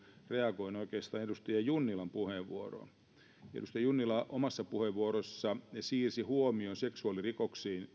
reagoin oikeastaan edustaja junnilan puheenvuoroon edustaja junnila omassa puheenvuorossaan siirsi huomion seksuaalirikoksiin